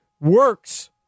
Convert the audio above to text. works